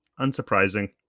Unsurprising